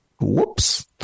Whoops